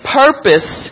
purpose